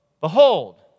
behold